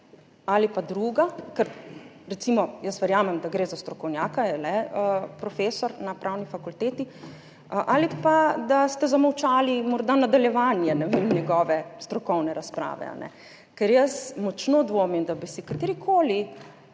ali pa druga, ker verjamem, da gre za strokovnjaka, je le profesor na pravni fakulteti, ali pa da ste morda zamolčali nadaljevanje njegove strokovne razprave. Ker jaz močno dvomim, da bi si katerikoli